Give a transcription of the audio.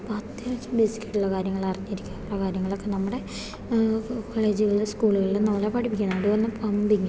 അപ്പം അത്യാവശ്യം ബേസിക് ആയിട്ടുള്ള കാര്യങ്ങളറിഞ്ഞിരിക്കുക അങ്ങനുള്ള കാര്യങ്ങളൊക്കെ നമ്മുടെ കോളേജുകളിൽ സ്കൂളുകളിൽ എന്നപോലെ പഠിപ്പിക്കണം അതുപോലെത്തന്നെ പമ്പിങ്